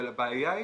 אבל הבעיה היא